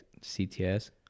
CTS